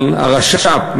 הרש"פ,